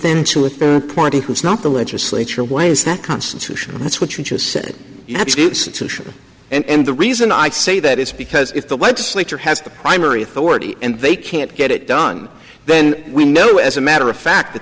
then to a third party who is not the legislature why is that constitutional that's what you just said you have to say and the reason i say that is because if the legislature has the primary authority and they can't get it done then we know as a matter of fact